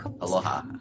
Aloha